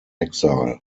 exile